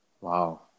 Wow